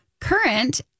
current